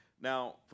Now